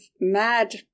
mad